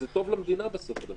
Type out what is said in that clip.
זה טוב למדינה בסוף.